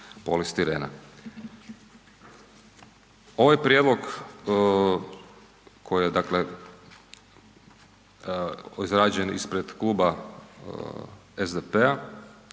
Ovaj prijedlog koji je dakle izrađen ispred kluba SDP-a